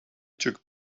took